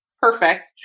perfect